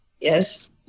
Yes